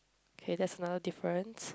okay that's another difference